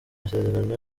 amasezerano